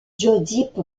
josip